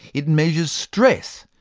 it measures stress,